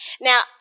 Now